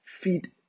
Feed